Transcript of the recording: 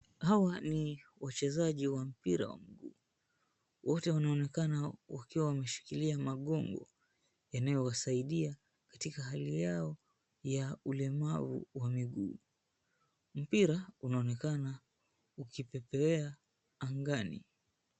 Hawa ni wachezaji wa mpira. Wote wanaonekana wakiwa wameshikilia magongo yanayowasaidia katika hali yao ya ulemavu wa miguu. Mpira unaonekana ukipepea angani.